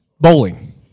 bowling